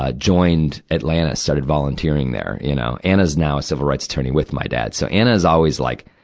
ah joined atlantis, started volunteering there, you know. anna's now a civil rights attorney, with my dad. so anna's always like,